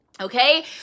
okay